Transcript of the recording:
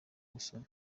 gusoma